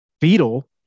beetle